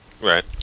Right